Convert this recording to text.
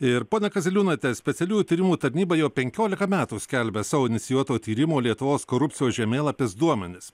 ir pone kaziliūnaite specialiųjų tyrimų tarnyba jau penkiolika metų skelbia savo inicijuoto tyrimo lietuvos korupcijos žemėlapis duomenis